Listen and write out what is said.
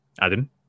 Adam